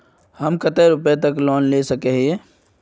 हम कते रुपया तक लोन ला सके हिये?